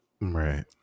Right